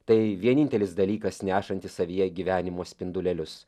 tai vienintelis dalykas nešantis savyje gyvenimo spindulėlius